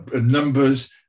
numbers